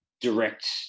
direct